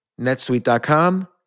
netsuite.com